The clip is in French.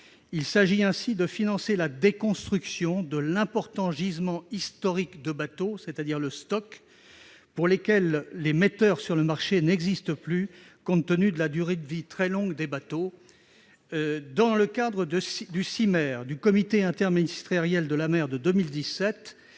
Il s'agit ainsi de financer la déconstruction de l'important gisement historique de bateaux, c'est-à-dire le stock pour lequel les metteurs sur le marché n'existent plus, compte tenu de la durée de vie très longue des bateaux. Dans le cadre du Comité interministériel de la mer (CIMer)